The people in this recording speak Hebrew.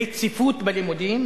רציפות בלימודים